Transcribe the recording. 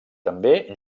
també